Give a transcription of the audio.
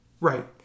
Right